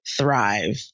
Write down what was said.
thrive